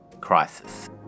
crisis